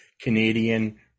Canadian